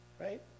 Right